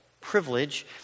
privilege